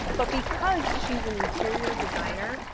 but because she's an interior designer,